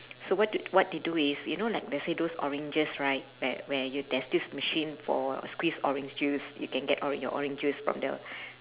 so what d~ what they do is you know like let's say those oranges right where where you there's this machine for squeeze orange juice you can get all your orange juice from there